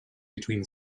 between